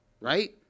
right